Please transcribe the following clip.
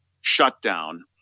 shutdown